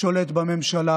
שולט בממשלה